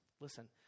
Listen